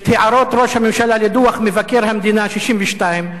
את הערות ראש הממשלה לדוח מבקר המדינה 62,